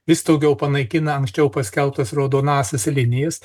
vis daugiau panaikina anksčiau paskelbtas raudonąsias linijas